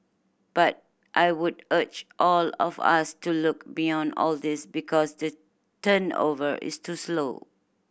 but I would urge all of us to look beyond all these because the turnover is too slow